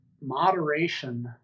moderation